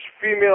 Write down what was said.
female